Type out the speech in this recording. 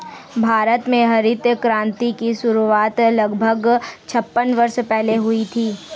भारत में हरित क्रांति की शुरुआत लगभग छप्पन वर्ष पहले हुई थी